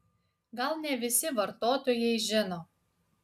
gal ne visi vartotojai žino